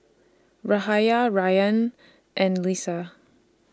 Yahaya Ryan and Lisa